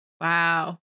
Wow